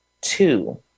two